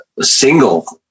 single